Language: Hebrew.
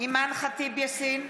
אימאן ח'טיב יאסין,